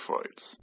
Fights